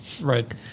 Right